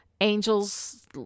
Angel's